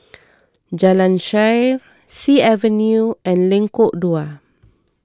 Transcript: Jalan Shaer Sea Avenue and Lengkok Dua